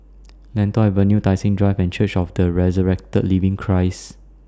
Lentor Avenue Tai Seng Drive and Church of The Resurrected Living Christ